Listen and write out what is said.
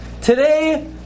Today